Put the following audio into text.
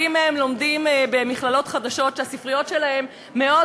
ורבים מהם לומדים במכללות חדשות שהספריות שלהן מאוד